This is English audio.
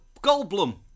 Goldblum